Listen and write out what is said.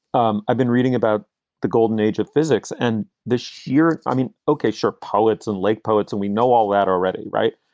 um i've been reading about the golden age of physics and the sheer i mean okay. sure. poets and lake poets. and we know all that already. right.